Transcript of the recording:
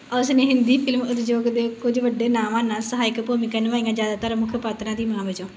ਉਸ ਨੇ ਹਿੰਦੀ ਫ਼ਿਲਮ ਉਦਯੋਗ ਦੇ ਕੁਝ ਵੱਡੇ ਨਾਵਾਂ ਨਾਲ ਸਹਾਇਕ ਭੂਮਿਕਾਵਾਂ ਨਿਭਾਈਆਂ ਜ਼ਿਆਦਾਤਰ ਮੁੱਖ ਪਾਤਰਾਂ ਦੀ ਮਾਂ ਵਜੋਂ